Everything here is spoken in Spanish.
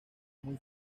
muy